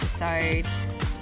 episode